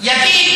יגיד